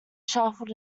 shuffled